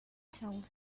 told